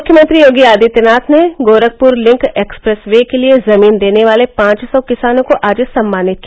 मुख्यमंत्री योगी आदित्यनाथ ने Gorakhpur link expressway के लिये जमीन देने वाले पांच सौ किसानों को आज सम्मानित किया